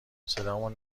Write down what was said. صدامون